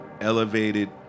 elevated